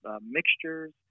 mixtures